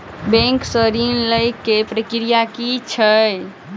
Bank सऽ ऋण लेय केँ प्रक्रिया की छीयै?